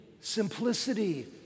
simplicity